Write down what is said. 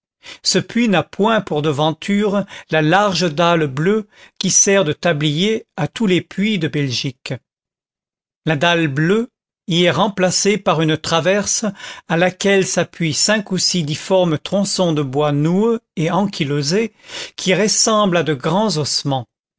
ce puits n'a point pour devanture la large dalle bleue qui sert de tablier à tous les puits de belgique la dalle bleue y est remplacée par une traverse à laquelle s'appuient cinq ou six difformes tronçons de bois noueux et ankylosés qui ressemblent à de grands ossements